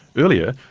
earlier,